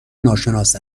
ناشناس